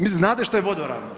Mislim znate što je vodoravno?